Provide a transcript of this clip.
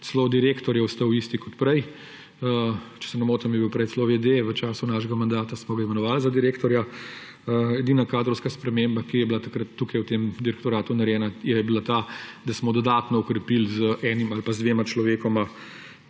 celo direktor je ostal isti kot prej. Če ne motim je bil prej celo vede, v času našega mandata smo ga imenovali za direktorja. Edina kadrovska sprememba, ki je bila takrat tukaj v tem direktoratu narejena, je bila ta, da smo dodatno okrepili z enim ali pa z dvema človekoma